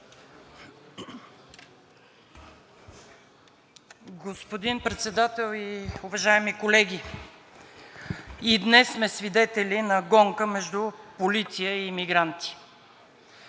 Господин Председател и уважаеми колеги! И днес сме свидетели на гонка между полиция и мигранти.